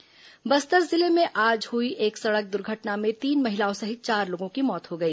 दुर्घटना बस्तर जिले में आज हुई एक सड़क दुर्घटना में तीन महिलाओं सहित चार लोगों की मौत हो गई